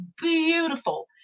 beautiful